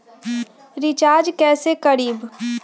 Recharge कैसे करीब?